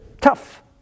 Tough